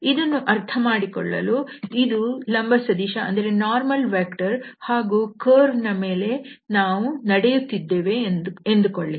ಇದನ್ನು ಅರ್ಥಮಾಡಿಕೊಳ್ಳಲು ಇದು ಲಂಬ ಸದಿಶ ಹಾಗೂ ಕರ್ವ್ ನ ಮೇಲೆ ನಾವು ನಡೆಯುತ್ತಿದ್ದೇವೆ ಎಂದುಕೊಳ್ಳಿ